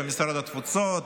ומשרד התפוצות,